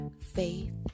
faith